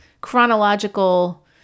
chronological